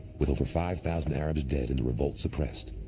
with over five thousand arabs dead, and the revolt suppressed,